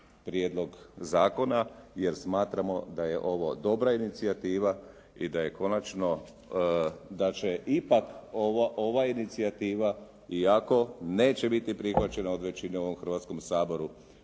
prijedlog zakona jer smatramo da je ovo dobra inicijativa i da je konačno da će ipak ova inicijativa i ako neće biti prihvaćena od većine u ovom Hrvatskom saboru